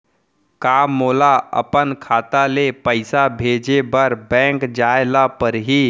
का मोला अपन खाता ले पइसा भेजे बर बैंक जाय ल परही?